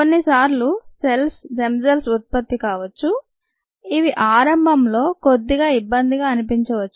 కొన్ని సార్లు cells themselves ఉత్పత్తి కావొచ్చు ఇది ఆరంభంలో కొద్దిగా ఇబ్బందిగా అనిపించవచ్చు